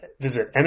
Visit